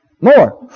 more